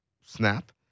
snap